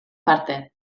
parte